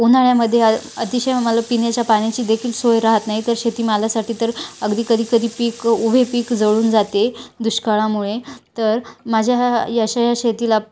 उन्हाळ्यामध्ये अ अतिशय मला पिण्याच्या पाण्याचीदेखील सोय रहात नाही तर शेती मालासाठी तर अगदी कधी कधी पीक उभे पीक जळून जाते दुष्काळामुळे तर माझ्या ह्या अशा या शेतीला